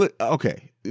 okay